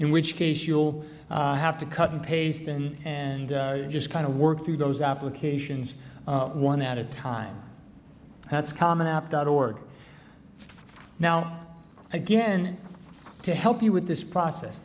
in which case you'll have to cut and paste in and just kind of work through those applications one at a time that's common app dot org now again to help you with this process